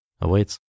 awaits